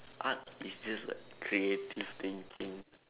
art is just like creative thinking